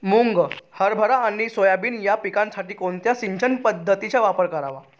मुग, हरभरा आणि सोयाबीन या पिकासाठी कोणत्या सिंचन पद्धतीचा वापर करावा?